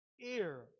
ear